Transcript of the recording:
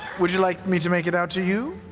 would you like me to make it out to you?